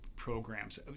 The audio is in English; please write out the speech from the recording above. programs